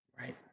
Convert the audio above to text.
right